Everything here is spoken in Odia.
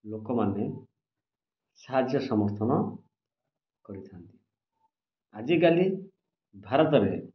ଲୋକମାନେ ସାହାଯ୍ୟ ସମର୍ଥନ କରିଥା'ନ୍ତି ଆଜିକାଲି ଭାରତରେ